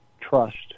trust